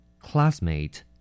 Classmate